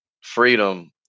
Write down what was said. freedom